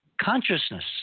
Consciousness